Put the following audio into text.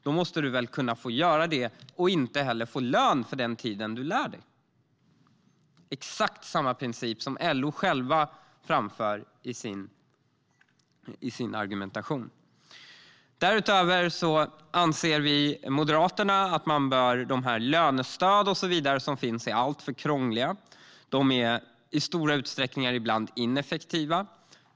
Då måste man väl kunna få göra det och inte få lön för den tiden man lär sig. Det är exakt samma princip som LO självt framför i sin argumentation. Därutöver anser vi i Moderaterna att de lönestöd och så vidare som finns är alltför krångliga. De är i stor utsträckning ineffektiva.